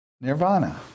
nirvana